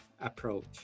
approach